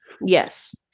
Yes